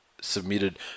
submitted